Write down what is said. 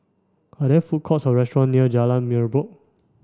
are there food courts or restaurant near Jalan Merbok